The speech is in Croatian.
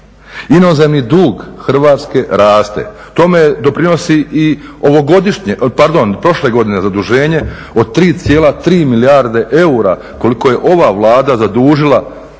Inozemni dug Hrvatske raste. Tome doprinosi i ovogodišnje, pardon prošle godine zaduženje od 3,3 milijarde eura koliko je ova Vlada zadužila Republiku